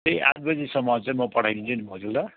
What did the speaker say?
त्यही आठ बजीसम्म चाहिँ म पठाइदिन्छु नि भाउजू ल